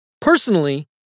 Personally